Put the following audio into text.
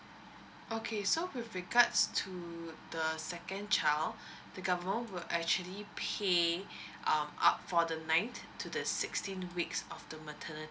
okay so with regards to the second child the government will actually pay um up for the ninth to the sixteenth weeks of the maternity